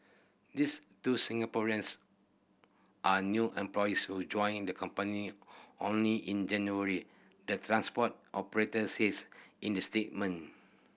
this two Singaporeans are new employees who joined the company only in January the transport operator says in the statement